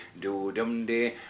do-dum-dee